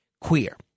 queer